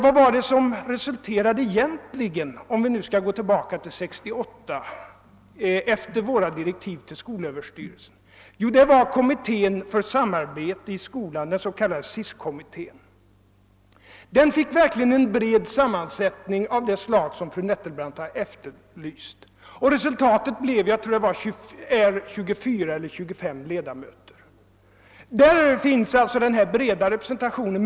Vad blev egentligen resultatet av våra direktiv till skolöverstyrelsen — om vi nu skall gå tillbaka till 1968? Jo, vi fick kommittén för samarbete i skolan, den s.k. SISK-kommittén. Den fick verk:« ligen en bred sammansättning av det slag som fru Nettelbrandt har efterlyst och har, tror jag, 24 eller 25 ledamöter. Där finns ju alltså den breda representationen.